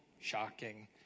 shocking